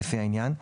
לפי העניין,